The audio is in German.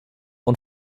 und